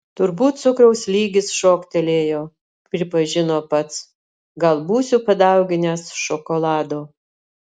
turbūt cukraus lygis šoktelėjo pripažino pats gal būsiu padauginęs šokolado